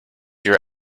your